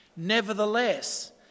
Nevertheless